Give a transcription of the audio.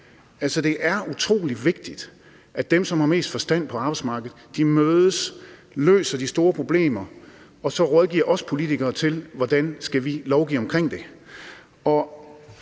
det er utrolig vigtigt, at dem, som har mest forstand på arbejdsmarkedet, mødes og løser de store problemer og så rådgiver os politikere, i forhold til hvordan vi skal lovgive her. Det